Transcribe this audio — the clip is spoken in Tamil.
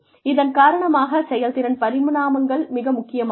இதன் காரணமாக செயல்திறன் பரிமாணங்கள் மிக முக்கியமாகும்